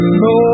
no